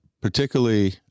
particularly